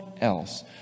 else